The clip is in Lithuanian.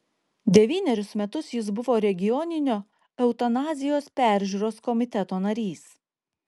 devynerius metus jis buvo regioninio eutanazijos peržiūros komiteto narys